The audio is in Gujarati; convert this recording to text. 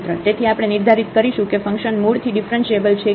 તેથી આપણે નિર્ધારિત કરીશું કે ફંકશન મૂળથી ઙીફરન્શીએબલ છે કે નહીં